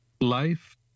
life